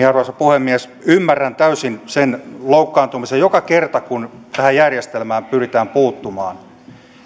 arvoisa puhemies ymmärrän täysin sen loukkaantumisen joka kerta kun tähän järjestelmään pyritään puuttumaan